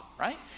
right